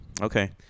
Okay